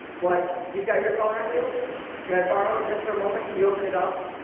what you've got your phone on you can i borrow it just for a moment can you open it up?